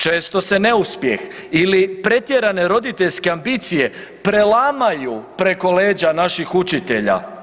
Često se neuspjeh ili pretjerane roditeljske ambicije prelamaju preko leđa naših učitelja.